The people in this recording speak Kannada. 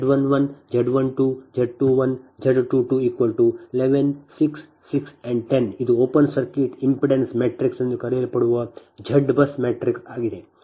ಆದ್ದರಿಂದ ZBUSZ11 Z12 Z21 Z22 11 6 6 10 ಇದು ಓಪನ್ ಸರ್ಕ್ಯೂಟ್ ಇಂಪೆಡೆನ್ಸ್ ಮ್ಯಾಟ್ರಿಕ್ಸ್ ಎಂದೂ ಕರೆಯಲ್ಪಡುವ Z BUS ಮ್ಯಾಟ್ರಿಕ್ಸ್ ಆಗಿದೆ